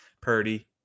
Purdy